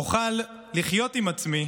אוכל לחיות עם עצמי